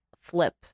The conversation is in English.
flip